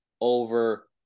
over